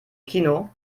kino